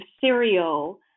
cereal